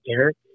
Eric